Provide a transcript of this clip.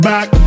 Back